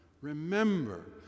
remember